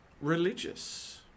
religious